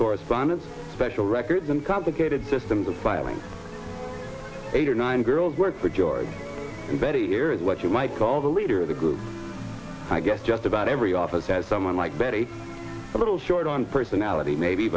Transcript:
correspondence special records and complicated systems of filing eight or nine girls worked for george and betty here is what you might call the leader of the group i guess just about every office has someone like betty a little short on personality maybe